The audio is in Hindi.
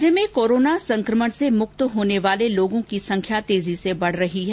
राज्य में कोरोना संकमण से मुक्त होने वाले लोगों की संख्या तेजी बढ रही है